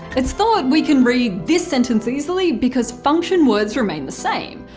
it's thought we can read this sentence easily because function words remain the same,